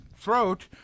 throat